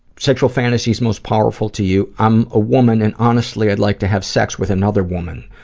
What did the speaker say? sexual fantasies most powerful to you, i'm a woman and honestly i'd like to have sex with another woman.